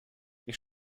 ich